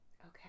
Okay